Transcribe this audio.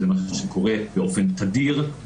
זה משהו שקורה באופן תדיר,